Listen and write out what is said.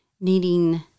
needing